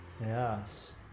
yes